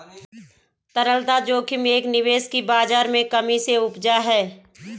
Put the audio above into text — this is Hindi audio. तरलता जोखिम एक निवेश की बाज़ार में कमी से उपजा है